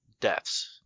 deaths